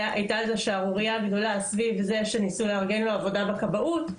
הייתה על זה שערורייה גדולה סביב זה שניסו לארגן לו עבודה בכבאות,